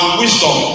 wisdom